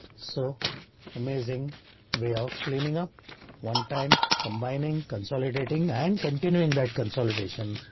so amazing way of cleaning up one time, combining, consolidating and continuing that consolidation.